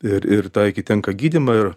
ir ir taikyt tenka gydymą ir